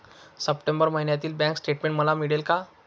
September महिन्यातील bank statement मला मिळेल का?